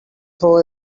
throw